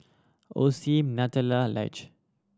Osim Nutella Laneige